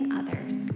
others